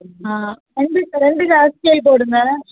ஆ ரெண்டு ரெண்டு hair style போடுங்கள்